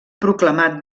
proclamat